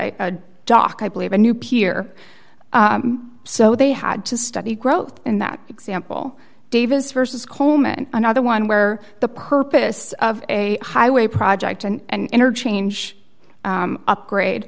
i dock i believe a new pier so they had to study growth in that example davis versus coleman another one where the purpose of a highway project and interchange upgrade